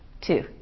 Two